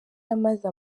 yamaze